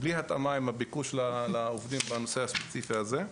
בלי התאמה עם הביקוש לעובדים בנושא הספציפי הזה.